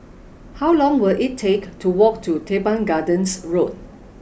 how long will it take to walk to Teban Gardens Road